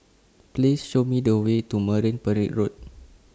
Please Show Me The Way to Marine Parade Road